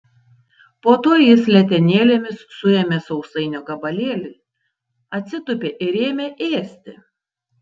po to jis letenėlėmis suėmė sausainio gabalėlį atsitūpė ir ėmė ėsti